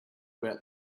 about